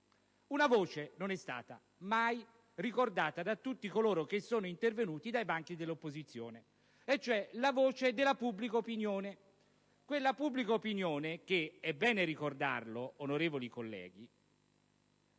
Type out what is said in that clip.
Una voce non è stata mai ricordata da tutti coloro che sono intervenuti dai banchi dell'opposizione, e cioè la voce della pubblica opinione: quella pubblica opinione che - è bene ricordarlo, onorevoli colleghi